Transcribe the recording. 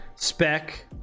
Spec